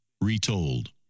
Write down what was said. retold